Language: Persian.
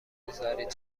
بگذارید